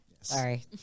Sorry